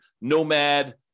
nomad